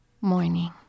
morning